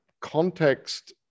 context